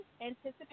anticipate